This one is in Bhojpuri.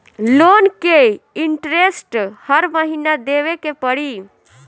लोन के इन्टरेस्ट हर महीना देवे के पड़ी?